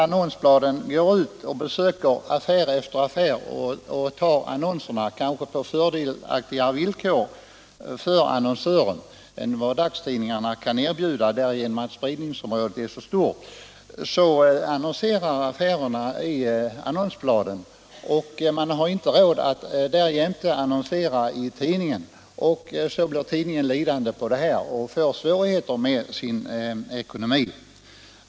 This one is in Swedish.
Annonsbladen besöker affär efter affär och tar annonserna, kanske på fördelaktigare villkor för annonsören än vad dagstidningarna kan erbjuda därigenom att spridningsområdet är så stort. Men när affärerna annonserar i annonsbladen har de inte råd att därjämte annonsera i tidningen, och på så sätt blir tidningen lidande och får svårigheter med sin ekonomi.